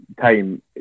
time